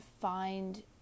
find